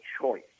choice